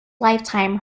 lifetime